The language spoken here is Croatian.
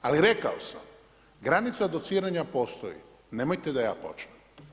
Ali rekao sam granica dociranja postoji, nemojte da ja počnem.